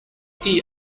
die